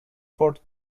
for